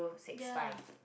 ya